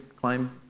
claim